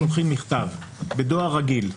אנחנו שולחים מיד מכתב בדואר רגיל.